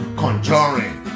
conjuring